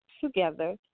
together